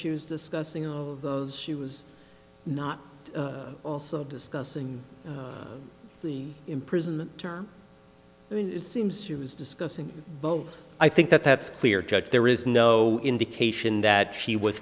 she was discussing those she was not also discussing the in prison term seems she was discussing both i think that that's clear judge there is no indication that she was